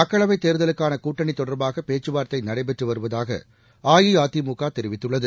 மக்களவைத் தேர்தலுக்கான கூட்டணி தொடர்பாக பேச்சுவார்ததை நடைபெற்று வருவதாக அஇஅதிமுக தெரிவித்துள்ளது